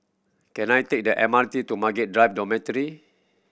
can I take the M R T to Margaret Drive Dormitory